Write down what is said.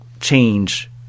change